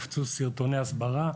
הופצו סרטוני הסברה,